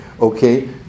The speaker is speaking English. Okay